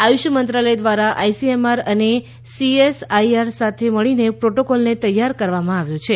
આયુષ મંત્રાલય દ્વારા આઇસીએમઆર અને સીએસઆઇઆર સાથે મળીને પ્રોટોકોલને તૈયાર કરવામાં આવ્યો છે